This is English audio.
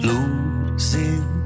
Losing